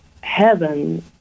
heaven